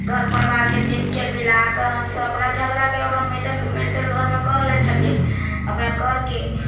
घर परिवारके देखके मिलाकर हम सब अपना झगड़ाके मेन्टेन घरमे कर लै छलियै अपना करके